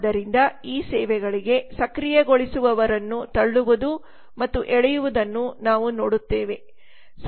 ಆದ್ದರಿಂದ ಈ ಸೇವೆಗಳಿಗೆ ಸಕ್ರಿಯಗೊಳಿಸುವವರನ್ನು ತಳ್ಳುವುದು ಮತ್ತು ಎಳೆಯುವುದನ್ನು ನಾವು ನೋಡುತ್ತೇವೆ